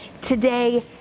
today